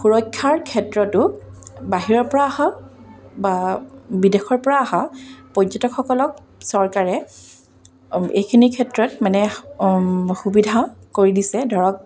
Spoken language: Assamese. সুৰক্ষাৰ ক্ষেত্ৰতো বাহিৰৰ পৰা অহা বা বিদেশৰ পৰা অহা পৰ্যটকসকলক চৰকাৰে এইখিনি ক্ষেত্ৰত মানে সুবিধা কৰি দিছে ধৰক